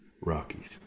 Rockies